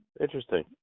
interesting